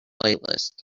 playlist